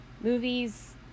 movies